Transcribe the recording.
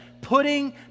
putting